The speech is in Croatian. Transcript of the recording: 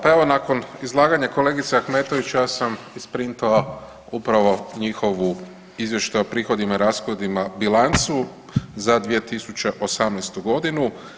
Pa evo nakon izlaganja kolegice Ahmetović ja sam isprintao upravo njihov izvještaj o prihodima i rashodima bilancu za 2018. godinu.